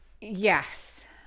Yes